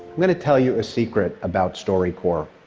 going to tell you a secret about storycorps.